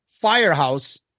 Firehouse